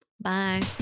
Bye